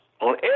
on